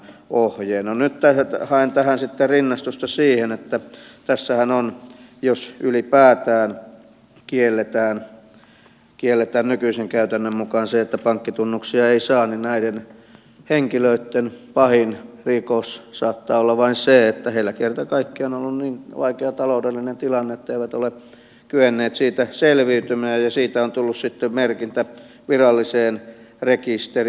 nyt haen tähän sitten rinnastusta siihen että tässähän jos ylipäätään kielletään nykyisen käytännön mukaan se että pankkitunnuksia ei saa näiden henkilöitten pahin rikos saattaa olla vain se että heillä kerta kaikkiaan on ollut niin vaikea taloudellinen tilanne etteivät ole kyenneet siitä selviytymään ja siitä on tullut sitten merkintä viralliseen rekisteriin